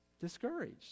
Discouraged